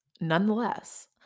nonetheless